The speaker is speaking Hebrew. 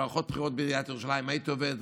במערכות הבחירות בעיריית ירושלים הייתי עובד,